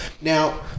Now